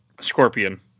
scorpion